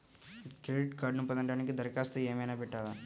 Credit కార్డ్ను పొందటానికి దరఖాస్తు ఏమయినా పెట్టాలా?